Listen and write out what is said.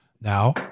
now